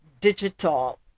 digital